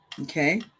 okay